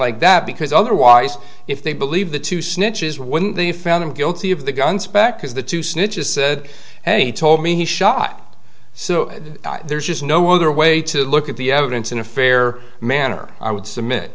like that because otherwise if they believe the two snitches when they found him guilty of the gun speck because the two snitches said he told me he shot so there's just no other way to look at the evidence in a fair manner i would submit